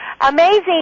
amazing